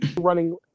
Running